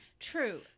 True